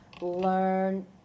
learn